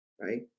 right